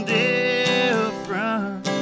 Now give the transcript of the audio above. different